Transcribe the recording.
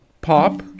Pop